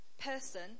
person